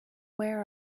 where